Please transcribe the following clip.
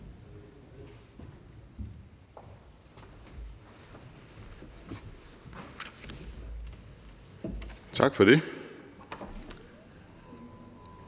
Tak for det.